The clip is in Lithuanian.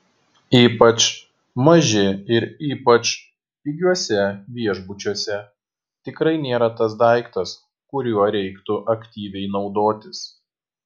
ypač maži ir ypač pigiuose viešbučiuose tikrai nėra tas daiktas kuriuo reiktų aktyviai naudotis